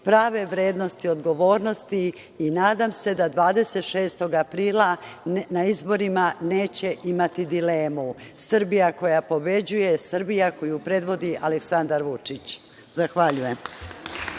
prave vrednosti odgovornosti i nadam se da 26. aprila na izborima neće imati dilemu. Srbija koja pobeđuje je Srbija koju predvodi Aleksandar Vučić. Zahvaljujem.